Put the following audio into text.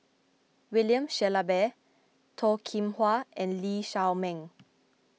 William Shellabear Toh Kim Hwa and Lee Shao Meng